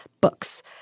books